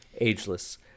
Ageless